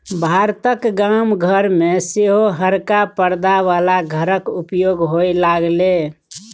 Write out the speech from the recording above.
भारतक गाम घर मे सेहो हरका परदा बला घरक उपयोग होए लागलै